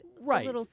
right